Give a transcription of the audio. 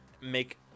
make